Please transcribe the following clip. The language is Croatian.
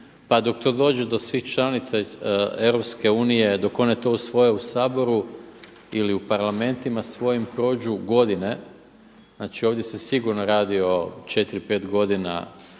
Pa dok to dođe do svih članica EU, dok one to usvoje u Saboru ili u Parlamentima svojim prođu godine. Znači ovdje se sigurno radi o četiri,